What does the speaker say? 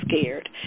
scared